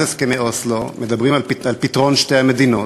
מאז הסכמי אוסלו, מדברות על פתרון שתי המדינות,